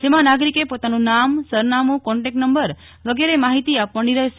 જેમાં નાગરિકે પોતાનું નામ સરનામું કોન્ટેક નંબર વગેરે માહિતી આપવાની રહેશે